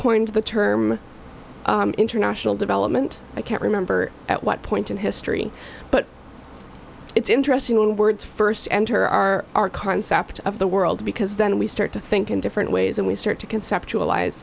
coined the term international development i can't remember at what point in history but it's interesting when words first enter our our concept of the world because then we start to think in different ways and we start to conceptual